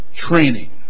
training